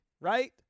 right